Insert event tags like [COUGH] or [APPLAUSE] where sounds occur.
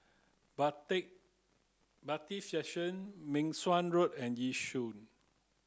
[UNINTELLIGIBLE] Bailiff' Section Meng Suan Road and Yishun